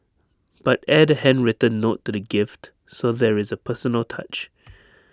but add A handwritten note to the gift so there is A personal touch